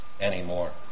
anymore